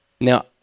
Now